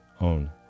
own